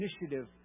initiative